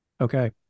Okay